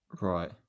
Right